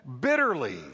bitterly